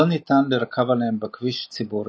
לא ניתן לרכב עליהם בכביש ציבורי,